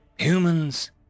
Humans